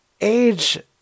Age